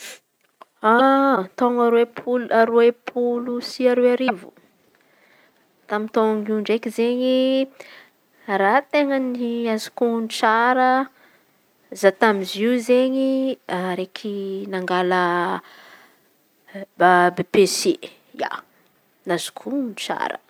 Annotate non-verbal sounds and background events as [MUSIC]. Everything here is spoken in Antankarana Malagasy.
[HESITATION] Taôn̈o aroay polo aroa polo sy aroa arivo. Tamin'io taôno io ndraiky izen̈y raha ten̈a ny azoko on̈o tsara za tamy zio izen̈y araiky nangala ba BEPC ia azoko on̈o tsara.